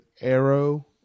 Arrow